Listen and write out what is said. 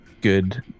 good